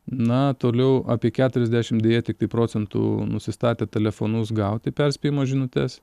na toliau apie keturiasdešim deja tiktai procentų nusistatę telefonus gauti perspėjimo žinutes